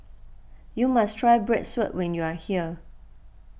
you must try Bratwurst when you are here